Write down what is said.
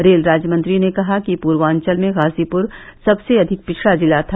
rail राज्यमंत्री ने कहा पूर्वाचल में गाजीपुर सबसे अधिक पिछड़ा जिला था